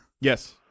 Yes